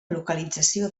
localització